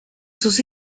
sus